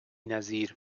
نظیر